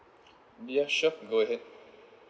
ya sure go ahead